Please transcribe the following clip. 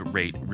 rate